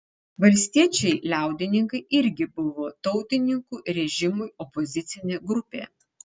valstiečiai liaudininkai irgi buvo tautininkų režimui opozicinė grupė